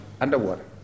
underwater